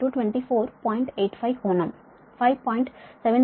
85 కోణం 5